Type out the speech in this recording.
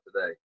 today